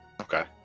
Okay